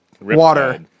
water